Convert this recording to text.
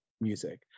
music